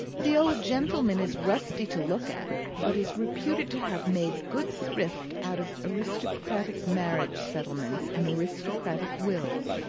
the old gentleman is rusty to look at, but is reputed to have made good thrift out of aristocratic marriage settlements and aristocratic wills,